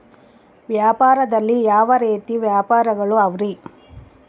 ವ್ಯಾಪಾರದಲ್ಲಿ ಯಾವ ರೇತಿ ವ್ಯಾಪಾರಗಳು ಅವರಿ?